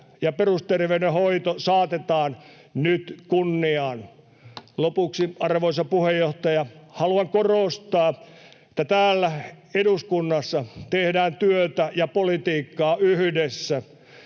perusterveydenhoito saatetaan nyt kunniaan. Lopuksi, arvoisa puheenjohtaja, haluan korostaa, että täällä eduskunnassa tehdään työtä ja politiikkaa yhdessä.